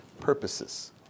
purposes